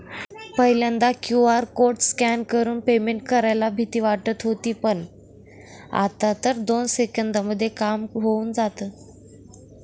पहिल्यांदा QR code scan करून payment करायला भीती वाटत होती पण, आता तर दोन सेकंदांमध्ये काम होऊन जातं